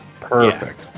Perfect